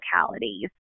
localities